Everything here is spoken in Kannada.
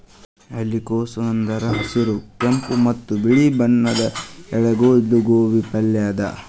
ಎಲಿಕೋಸ್ ಅಂದುರ್ ಹಸಿರ್, ಕೆಂಪ ಮತ್ತ ಬಿಳಿ ಬಣ್ಣದ ಎಲಿಗೊಳ್ದು ಗೋಬಿ ಪಲ್ಯ ಅದಾ